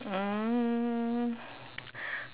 um